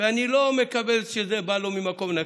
ואני לא מקבל שזה בא לו ממקום נקי,